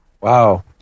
Wow